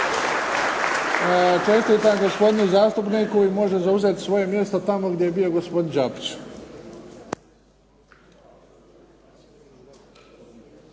Čestitam gospodinu zastupniku i može zauzeti svoje mjesto tamo gdje je bio gospodin Đapić.